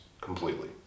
completely